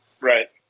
Right